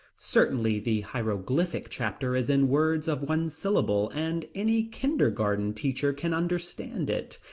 certainly the hieroglyphic chapter is in words of one syllable and any kindergarten teacher can understand it.